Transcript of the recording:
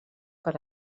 per